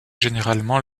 généralement